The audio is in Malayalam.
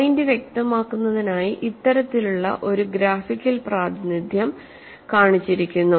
പോയിന്റ് വ്യക്തമാക്കുന്നതിനായി ഇത്തരത്തിലുള്ള ഒരു ഗ്രാഫിക്കൽ പ്രാതിനിധ്യം കാണിച്ചിരിക്കുന്നു